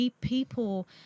People